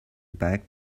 back